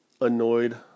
annoyed